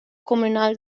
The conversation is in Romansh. cumünal